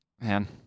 Man